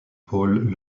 paul